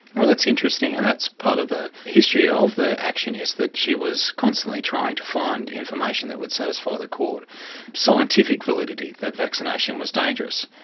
well, that's interesting and that's part of the history ah of the action is that she was constantly trying to find information that would satisfy the court scientific validity that vaccination was dangerous.